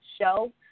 show